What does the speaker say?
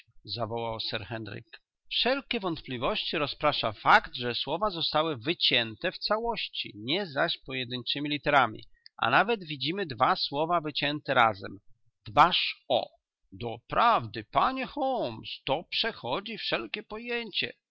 zawołał sir henryk wszelkie wątpliwości rozprasza fakt że słowa zostały wycięte w całości nie zaś pojedynczemi literami a nawet widzimy dwa słowa wycięte razem dbasz o doprawdy panie holmes to przechodzi wszelkie pojęcie